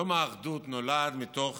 יום האחדות נולד מתוך